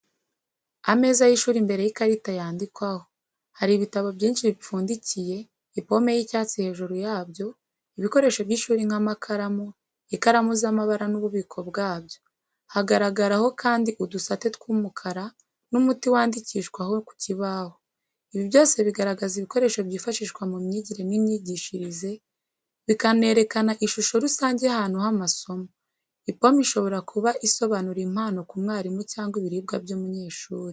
Ameza y’ishuri imbere y’ikarita yandikwaho . Hariho ibitabo byinshi bipfundikiye, ipome y’icyatsi hejuru yabyo, ibikoresho by’ishuri nk’amakaramu, ikaramu z’amabara n’ububiko bwabyo. Haragaragaraho kandi udusate tw'umukara n'umuti wandikishwaho ku kibaho. Ibi byose bigaragaza ibikoresho byifashishwa mu myigire n’imyigishirize, bikanerekana ishusho rusange y’ahantu h’amasomo. Ipome ishobora kuba isobanura impano ku mwarimu cyangwa ibiribwa by’umunyeshuri.